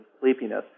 sleepiness